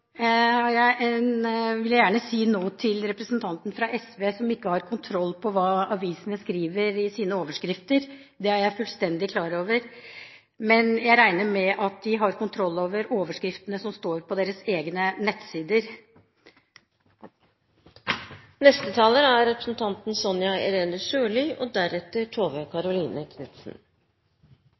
Siden jeg har litt tid igjen, vil jeg gjerne si noe til representanten fra SV, som ikke har kontroll på hva avisene skriver i sine overskrifter. Det er jeg fullstendig klar over, men jeg regner med at de har kontroll over overskriftene som står på deres egne nettsider.